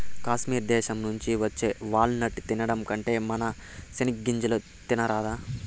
కాశ్మీర్ దేశం నుంచి వచ్చే వాల్ నట్టు తినడం కంటే మన సెనిగ్గింజలు తినరాదా